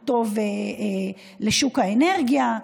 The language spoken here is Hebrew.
שהוא טוב לשוק האנרגיה,